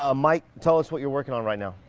ah mike, tell us what you're working on right now.